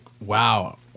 wow